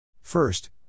First